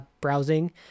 browsing